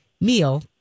meal